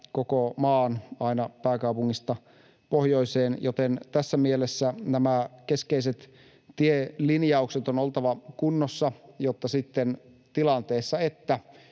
koko maan aina pääkaupungista pohjoiseen. Tässä mielessä näiden keskeisten tielinjausten on oltava kunnossa, jotta sitten tilanteessa, että